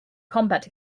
combat